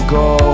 go